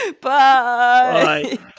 Bye